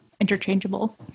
interchangeable